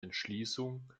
entschließung